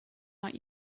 not